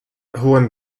hohen